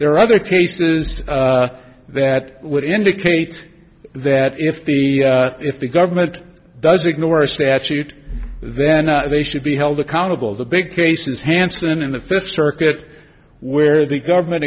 there are other cases that would indicate that if the if the government does ignore a statute then they should be held accountable the big cases hanson and the fifth circuit where the government